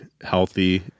healthy